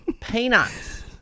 Peanuts